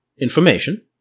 information